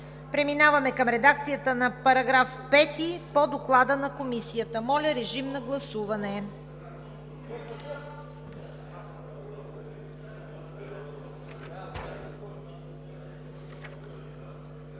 Преминаваме към редакцията на § 5 по Доклада на Комисията. Моля, режим на гласуване.